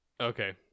Okay